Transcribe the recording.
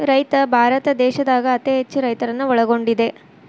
ರೈತ ಭಾರತ ದೇಶದಾಗ ಅತೇ ಹೆಚ್ಚು ರೈತರನ್ನ ಒಳಗೊಂಡಿದೆ